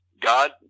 God